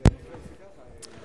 את סגן השר יצחק כהן,